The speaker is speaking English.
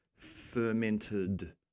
fermented